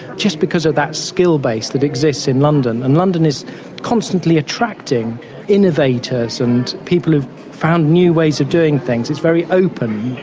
just because of that skill base that exists in london. and london is constantly attracting innovators and people who've found new ways of doing things. it's very open,